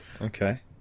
Okay